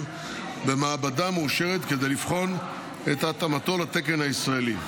במעבדה מאושרת כדי לבחון את התאמתו לתקן הישראלי.